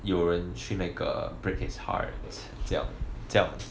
有人去那个 break his heart 这样叫